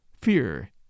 fear